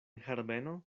herbeno